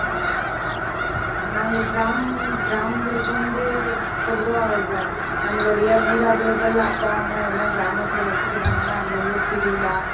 நாங்கள் கிராமங் கிராமங்களுக்கு வந்து பொதுவாக வ நம்மளுடைய மூதாதையர்கள் அப்பா அம்மா எல்லாம் கிராமத்தில் வசிக்கிறதுனால அந்த ஊர் திருவிழா